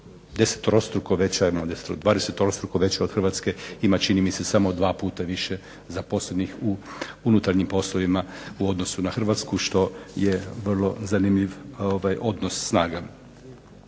dvadeseterostruko veća od Hrvatske ima čini mi se samo dva puta više zaposlenih u unutarnjim poslovima u odnosu na Hrvatsku što je vrlo zanimljiv odnos snaga